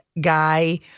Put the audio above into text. guy